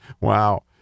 Wow